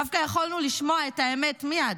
דווקא יכולנו לשמוע את האמת מייד,